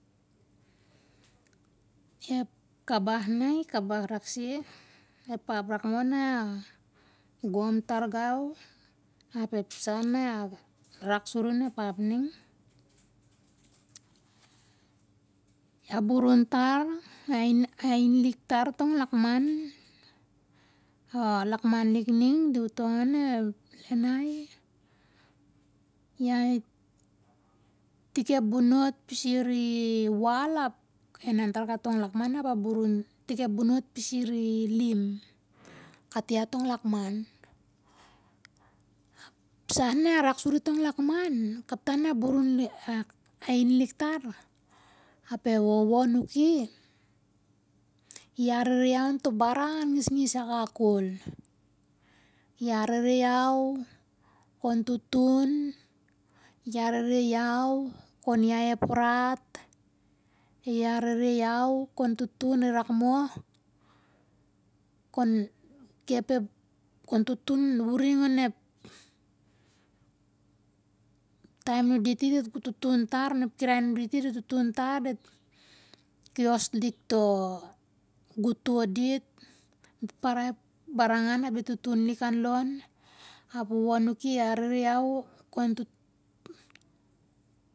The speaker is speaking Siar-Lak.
Ep kabah na i kabah rakse, "ep ap rak moh na gom tar gau, ap ep sa na rak suri onep ap ning?" A burun tar, a ain lik tar tong lakman, a lakman lik ning di atongi one ia i tik ep bunut i ar pisir i lim, kat ia tong lakman. Ep sah na rak suri tong lakman na kaptan a burun lik, ain lik tar, e wowo anuki, i arere iau oato' baran ngisngis akak ko'l. I arere iau kon tutun, i arere iau, kon yai ep ra't, i arere iau kon tutun i rak moh, kon tutun uring onep taim nundit i, onep kirai nun dit i di tutun tar. Di kios lik to' goto dit, dit parai ep baranangan na dit tutun lik anlon. ap e wowoanuki i arare iau